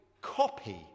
copy